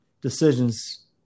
decisions